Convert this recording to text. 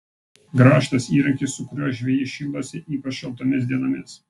grąžtas įrankis su kuriuo žvejys šildosi ypač šaltomis dienomis